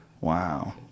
Wow